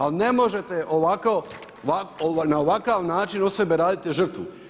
Ali ne možete ovako, na ovakav način od sebe raditi žrtvu.